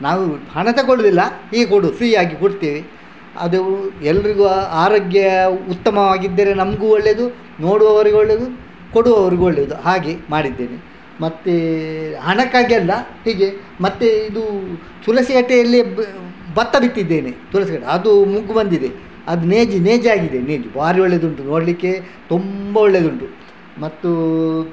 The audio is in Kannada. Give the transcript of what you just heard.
ನಾವು ಹಣ ತಗೊಳುದಿಲ್ಲ ಹೀಗೆ ಕೊಡುದು ಫ್ರೀ ಆಗಿ ಕೊಡ್ತೇವೆ ಅದು ಎಲ್ಲರಿಗು ಆರೋಗ್ಯ ಉತ್ತಮವಾಗಿದ್ದರೆ ನಮಗು ಒಳ್ಳೆದು ನೋಡುವವರಿಗು ಒಳ್ಳೆದು ಕೊಡುವವರಿಗು ಒಳ್ಳೆದು ಹಾಗೆ ಮಾಡಿದ್ದೇನೆ ಮತ್ತೆ ಹಣಕ್ಕಾಗಿ ಅಲ್ಲ ಹೀಗೆ ಮತ್ತೆ ಇದು ತುಳಸಿಕಟ್ಟೆಯಲ್ಲೇ ಭತ್ತ ಬಿತ್ತಿದ್ದೇನೆ ತುಳಸಿಕಟ್ಟೆ ಅದು ಮುಗ್ಗು ಬಂದಿದೆ ಅದು ನೇಜಿ ನೇಜಿಯಾಗಿದೆ ನೇಜು ಬಾರಿ ಒಳ್ಳೆದುಂಟು ನೋಡಲಿಕ್ಕೆ ತುಂಬ ಒಳ್ಳೆದುಂಟು ಮತ್ತು